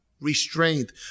restraint